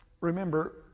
remember